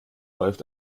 läuft